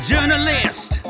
Journalist